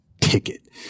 ticket